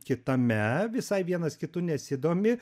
kitame visai vienas kitu nesidomi